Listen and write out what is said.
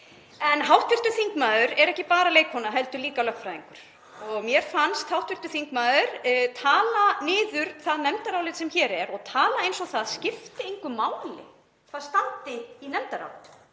En hv. þingmaður er ekki bara leikkona heldur líka lögfræðingur. Mér fannst hv. þingmaður tala niður það nefndarálit sem hér er og tala eins og það skipti engu máli hvað standi í nefndaráliti,